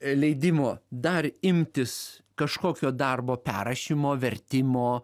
leidimo dar imtis kažkokio darbo perrašymo vertimo